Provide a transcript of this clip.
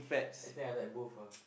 I think I like both ah